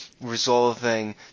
resolving